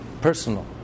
personal